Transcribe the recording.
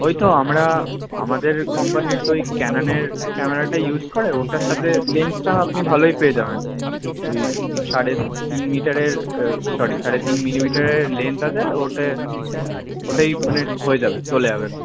ওই তো আমরা আমাদের কোম্পানির তো ওই ক্যানানের ক্যামেরাটা ইউস করে ওটার সাতে লেন্সটা আপনি ভালোই পেয়ে যাবেন ওই সাড়ে তিন মিটারের সরি সাড়ে তিন মিলিমিটারের লেন্স আছে ওতে হো ওটাই মানে হয়ে যাবে চলে যাবে লা